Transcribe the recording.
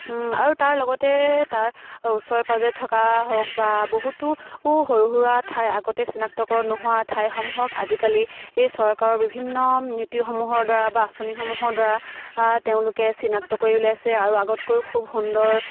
আৰু তাৰ লগতে তাৰ ওচৰে পাজৰে থকা হওক বা বহুতো সৰু সুৰা ঠাই আগতে চিনাক্ত নোহোৱা ঠাইসমূহক আজিকালি এই চৰকাৰৰ বিভিন্ন নীতিসমূহৰ দ্বাৰা বা আঁচনিসমূহৰ দ্বাৰা তেওঁলোকে চিনাক্ত কৰি উলিয়াইছে আৰু আগতকৈও খুব সুন্দৰ